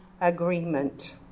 agreement